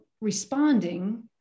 responding